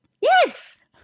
Yes